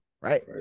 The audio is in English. right